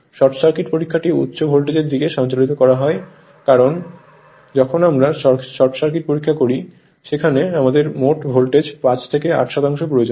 short circuit পরীক্ষাটি উচ্চ ভোল্টেজের দিকে সঞ্চালিত হয় কারণ যখন আমরা শর্ট সার্কিট পরীক্ষা করি যেখানে আমাদের মোট ভোল্টেজের 5 থেকে 8 শতাংশের প্রয়োজন হয়